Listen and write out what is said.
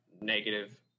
negative